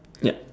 yep